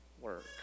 work